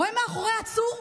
רואה מאחורי העצור,